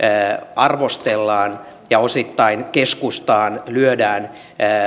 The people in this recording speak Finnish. arvostellaan ja osittain keskustaan lyödään